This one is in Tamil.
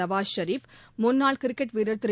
நவாஸ் ஷெரீப் முன்னாள் கிரிக்கெட் வீரர் திரு